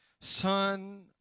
son